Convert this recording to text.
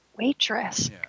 waitress